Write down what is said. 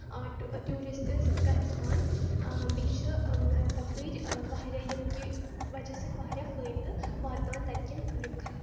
tourists گژھان بیٚیہِ چھِ تَپٲرۍ واریاہ ییٚمہِ کہِ وَجہ سۭتۍ واریاہ فٲیدٕ واتان تَتہِ کٮ۪ن لُکَن